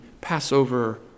Passover